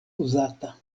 uzata